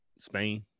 Spain